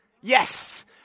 Yes